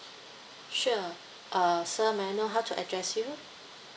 sure uh sir may I know how to address you